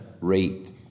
rate